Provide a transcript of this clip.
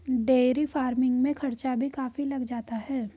dairy farming में खर्चा भी काफी लग जाता है